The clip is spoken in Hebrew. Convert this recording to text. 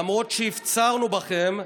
למרות שהפצרנו בכם,